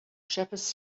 shepherds